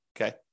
okay